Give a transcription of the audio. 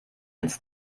ins